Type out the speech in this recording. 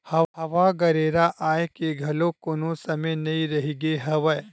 हवा गरेरा आए के घलोक कोनो समे नइ रहिगे हवय